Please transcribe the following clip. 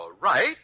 right